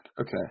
okay